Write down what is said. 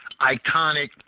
iconic